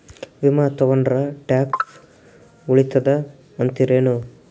ವಿಮಾ ತೊಗೊಂಡ್ರ ಟ್ಯಾಕ್ಸ ಉಳಿತದ ಅಂತಿರೇನು?